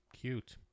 Cute